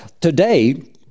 today